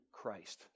Christ